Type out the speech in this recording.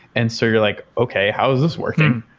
and so you're like, okay. how is this working?